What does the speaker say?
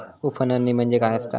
उफणणी म्हणजे काय असतां?